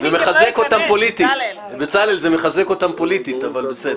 זה מחזק אותם פוליטית, בצלאל, אבל בסדר.